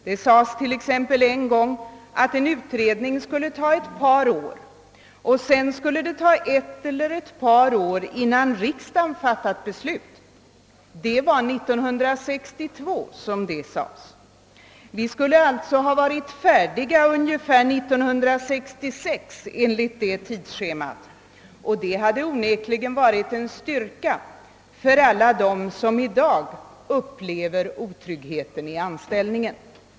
Det sades t.ex. 1962 att en utredning skulle ta ett par år och att det sedan skulle ta ett eller ett par år innan riksdagen fattat beslut. Vi skulle alltså enligt det tidsschemat ha varit färdiga ungefär 1966, och det hade onekligen varit en styrka för alla dem som i dag upplever otryggheten i anställningen.